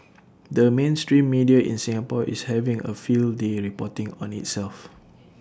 the mainstream media in Singapore is having A field day reporting on itself